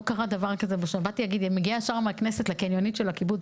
טוב שאתה לא מצביע היום כי אולי יש